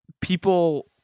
people